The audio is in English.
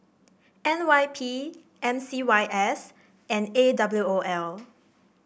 N Y P M C Y S and A W O L